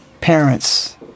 parents